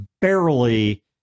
barely